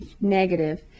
negative